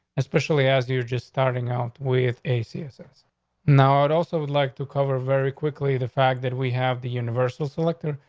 especially as you're just starting out with a css now. it also would like to cover very quickly the fact that we have the universal selector,